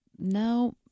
No